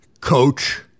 coach